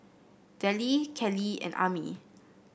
Dellie Keli and Ami